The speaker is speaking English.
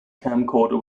camcorder